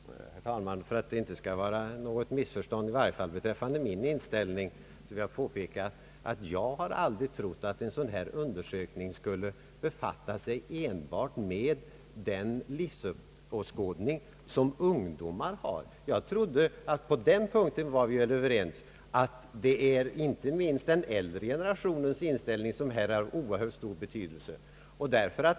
Herr talman! För att. det inte skall vara något missförstånd: i alla händelser beträffande min inställning vill jag påpeka att jag aldrig har trott att en sådan här undersökning skulle befatta sig enbart med unga människors livsåskådning. Jag hade trott att vi var överens om att det inte minst är den äldre generationens inställning som har stor betydelse härvidlag.